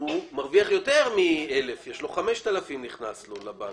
מרוויח יותר מ-1,000, הוא מרוויח 5,000. הוא חי